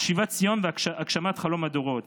על שיבת ציון והגשמת חלום הדורות,